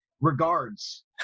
regards